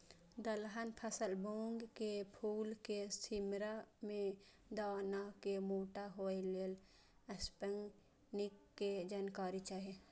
दलहन फसल मूँग के फुल में छिमरा में दाना के मोटा होय लेल स्प्रै निक के जानकारी चाही?